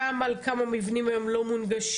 גם על כמה מבנים היום לא מונגשים.